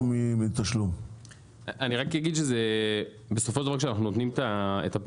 אני רק אגיד שבסופו של דבר כשאנחנו נותנים את הפרופילים,